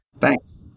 Thanks